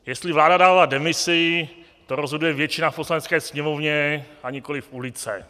Jestli vláda dává demisi, to rozhoduje většina v Poslanecké sněmovně, a nikoliv ulice.